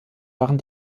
waren